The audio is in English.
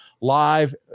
Live